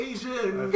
Asian